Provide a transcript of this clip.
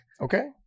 Okay